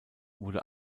wurde